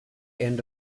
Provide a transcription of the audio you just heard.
end